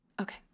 okay